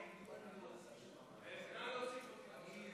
ההצעה להעביר את הנושא לוועדת הכספים נתקבלה.